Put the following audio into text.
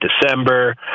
December